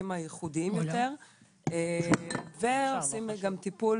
בתיקים הייחודיים יותר ועשינו גם טיפול